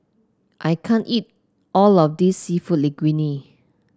I can't eat all of this seafood Linguine